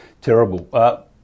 Terrible